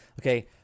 Okay